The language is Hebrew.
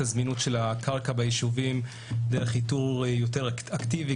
הזמינות של הקרקע ביישובים דרך איתור יותר אקטיבי,